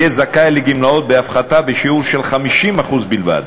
יהיה זכאי לגמלאות בהפחתה בשיעור של 50% בלבד,